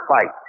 fight